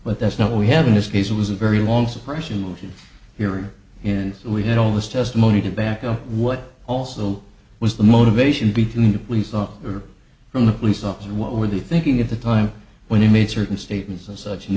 but that's not what we have in this case it was a very long suppression routine here and in that we had all this testimony to back up what also was the motivation between the police officer from the police officer and what were the thinking at the time when he made certain statements and such